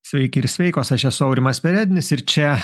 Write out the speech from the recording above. sveiki ir sveikos aš esu aurimas perednis ir čia